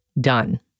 done